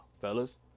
fellas